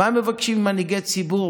מה הם מבקשים ממנהיגי ציבור,